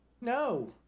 No